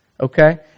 Okay